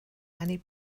many